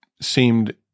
seemed